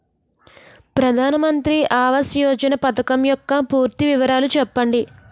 ప్రధాన మంత్రి ఆవాస్ యోజన పథకం యెక్క పూర్తి వివరాలు చెప్పండి?